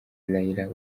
raila